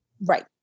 Right